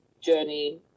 journey